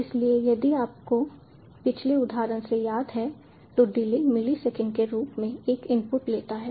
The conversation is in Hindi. इसलिए यदि आपको पिछले उदाहरण से याद है तो डिले मिलीसेकंड के रूप में एक इनपुट लेता है